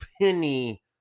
penny